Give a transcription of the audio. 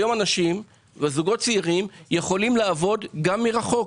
היום צעירים יכולים לעבוד גם מרחוק,